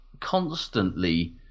constantly